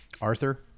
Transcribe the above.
Arthur